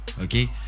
okay